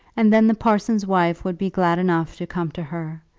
and then the parson's wife would be glad enough to come to her,